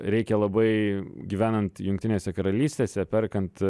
reikia labai gyvenant jungtinėse karalystėse perkant